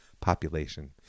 population